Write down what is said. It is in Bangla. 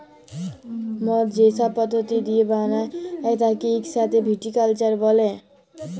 মদ যে সব পদ্ধতি দিয়ে বালায় তাকে ইক সাথে ভিটিকালচার ব্যলে